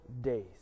days